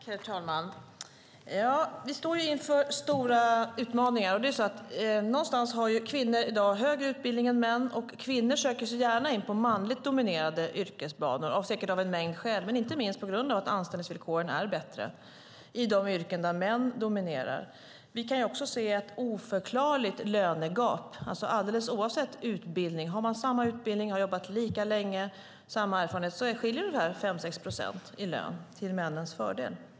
Herr talman! Vi står inför stora utmaningar. Kvinnor har i dag högre utbildning än män. Kvinnor söker sig gärna in på manligt dominerade yrkesbanor av en mängd skäl, inte minst på grund av att anställningsvillkoren är bättre i yrken där män dominerar. Vi kan också se ett oförklarligt lönegap. Även om man har samma utbildning, har jobbat lika länge och har samma erfarenhet skiljer det 5-6 procent i lön till männens fördel.